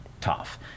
tough